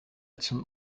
zum